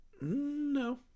No